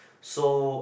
so